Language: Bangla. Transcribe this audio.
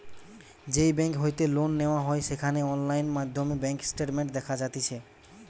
যেই বেংক হইতে লোন নেওয়া হয় সেখানে অনলাইন মাধ্যমে ব্যাঙ্ক স্টেটমেন্ট দেখা যাতিছে